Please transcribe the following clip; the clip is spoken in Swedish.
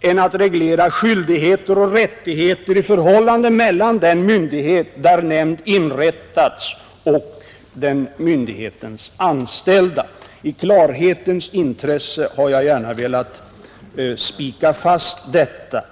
än att reglera skyldigheter och rättigheter i förhållandet mellan den myndighet där nämnd inrättats och den myndighetens anställda. I klarhetens intresse har jag gärna velat spika fast detta.